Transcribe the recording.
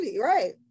Right